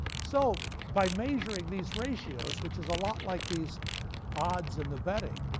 so by measuring these ratios, which is a lot like these odds in the betting,